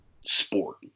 sport